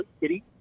kitty